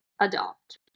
adopt